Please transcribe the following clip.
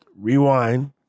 rewind